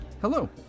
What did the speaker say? Hello